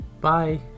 Bye